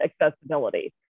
accessibility